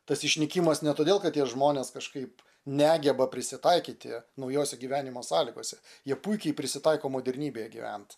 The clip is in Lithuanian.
tas išnykimas ne todėl kad tie žmonės kažkaip negeba prisitaikyti naujose gyvenimo sąlygose jie puikiai prisitaiko modernybėje gyvent